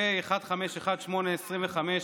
פ/1518/25,